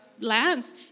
Lands